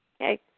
Okay